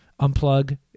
Unplug